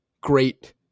great